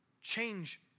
Change